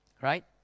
right